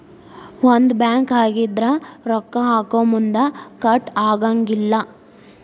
ಒಂದ ಬ್ಯಾಂಕ್ ಆಗಿದ್ರ ರೊಕ್ಕಾ ಹಾಕೊಮುನ್ದಾ ಕಟ್ ಆಗಂಗಿಲ್ಲಾ